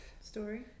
story